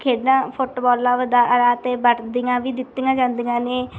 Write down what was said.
ਖੇਡਾਂ ਫੁੱਟਬਾਲਾਂ ਵਗੈਰਾ ਅਤੇ ਵਰਦੀਆਂ ਵੀ ਦਿੱਤੀਆਂ ਜਾਂਦੀਆਂ ਨੇ